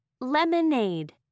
Lemonade